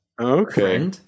Okay